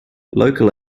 local